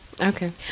Okay